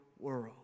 world